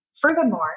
furthermore